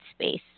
space